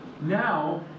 Now